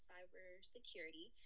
Cybersecurity